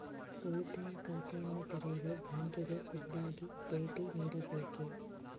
ಉಳಿತಾಯ ಖಾತೆಯನ್ನು ತೆರೆಯಲು ಬ್ಯಾಂಕಿಗೆ ಖುದ್ದಾಗಿ ಭೇಟಿ ನೀಡಬೇಕೇ?